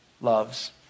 loves